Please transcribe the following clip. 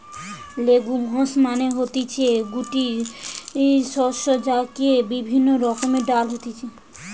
legumes মানে হতিছে গুটি শস্য যাতে বিভিন্ন রকমের ডাল হতিছে